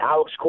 Alex